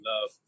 love